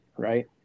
Right